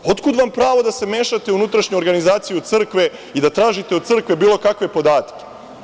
Otkud vam pravo da se mešate u unutrašnju organizaciju crkve i da tražite od crkve bilo kakve podatke?